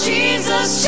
Jesus